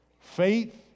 Faith